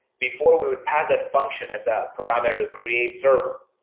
before we would pass that function as a parameter to create server.